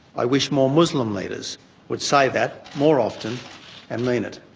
i wish more muslim leaders would say that more often and mean it.